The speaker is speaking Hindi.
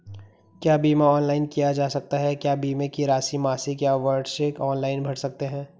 क्या बीमा ऑनलाइन किया जा सकता है क्या बीमे की राशि मासिक या वार्षिक ऑनलाइन भर सकते हैं?